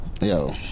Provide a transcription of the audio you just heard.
Yo